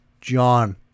John